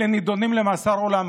אלה נידונים למאסר עולם,